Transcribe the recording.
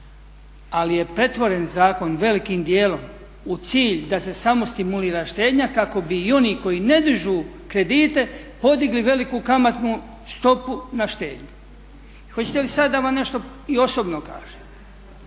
Ali je pretvoren zakon velikim dijelom u cilj da se samo stimulira štednja kako bi i oni koji ne dižu kredite podigli veliku kamatnu stopu na štednju. Hoćete li sad da vam nešto i osobno kažem.